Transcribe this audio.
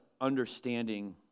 Understanding